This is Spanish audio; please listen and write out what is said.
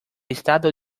estado